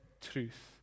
truth